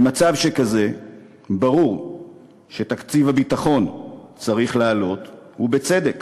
במצב שכזה ברור שתקציב הביטחון צריך לעלות, ובצדק,